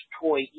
toy